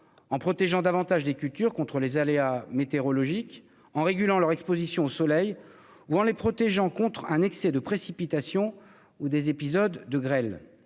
en protégeant davantage les cultures contre les aléas météorologiques, en régulant leur exposition au soleil, ou encore en les protégeant contre un excès de précipitations ou des épisodes de grêle.